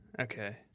Okay